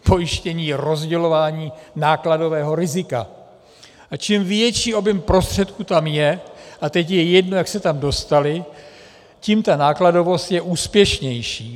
Pojištění je rozdělování nákladového rizika, a čím větší objem prostředků tam je a teď je jedno, jak se tam dostaly tím ta nákladovost je úspěšnější.